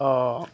অঁ